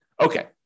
Okay